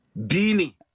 Beanie